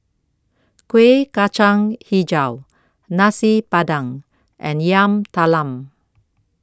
Kueh Kacang Hijau Nasi Padang and Yam Talam